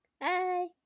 Bye